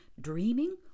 dreaming